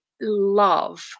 love